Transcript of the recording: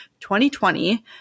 2020